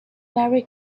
merry